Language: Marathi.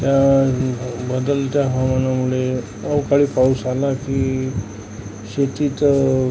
त्या बदलत्या हवामानामुळे अवकाळी पाऊस आला की शेतीचं